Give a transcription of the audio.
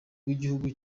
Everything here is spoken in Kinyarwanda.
w’igihugu